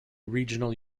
regional